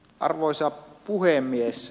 arvoisa puhemies